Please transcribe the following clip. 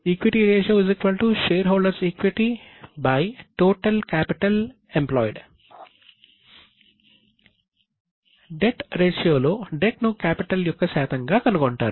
share holders equity equity ratio total capital employed debt ratio యొక్క శాతంగా కనుగొంటారు